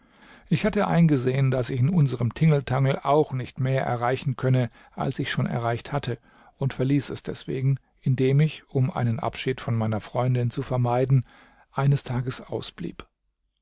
ich hatte eingesehen daß ich in unserem tingeltangel auch nicht mehr erreichen könne als ich schon erreicht hatte und verließ es deswegen indem ich um einen abschied von meiner freundin zu vermeiden eines tages ausblieb